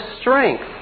strength